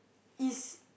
is